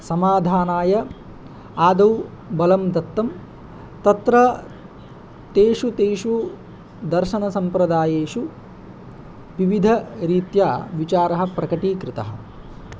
समाधानाय आदौ बलं दत्तं तत्र तेषु तेषु दर्शनसम्प्रदायेषु विविधरीत्या विचारः प्रकटीकृतः